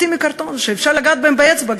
שאפשר לגעת בהם באצבע.